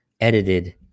edited